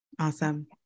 Awesome